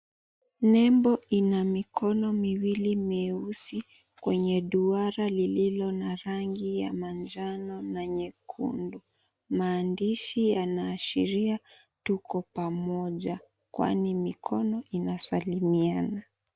Nembo ina mikono miwili mieusi kwenye duara lililo na rangi ya manjano na nyekundu. Maandishi yanaashiria, ''Tuko Pamoja,'' kwani mikono inasalimiana.